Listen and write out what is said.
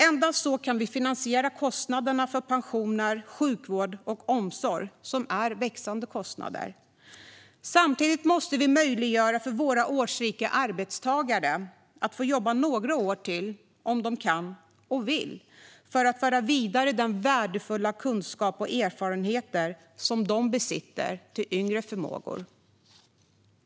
Endast så kan vi finansiera de växande kostnaderna för pensioner, sjukvård och omsorg. Samtidigt måste vi möjliggöra för våra årsrika arbetstagare att få jobba några år till, om de kan och vill, för att föra vidare den värdefulla kunskap och de värdefulla erfarenheter som de besitter till yngre förmågor.